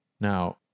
Now